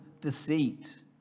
deceit